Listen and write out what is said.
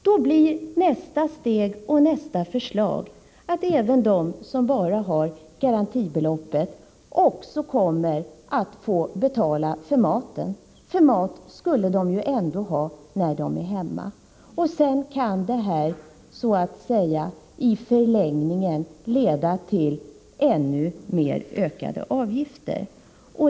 Då blir nästa förslag att även de som bara har garantibeloppet också kommer att få betala för maten, för mat skulle de ju ändå ha när de är hemma. I förlängningen kan det här leda till att avgifterna ökas ännu mer.